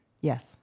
Yes